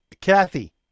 Kathy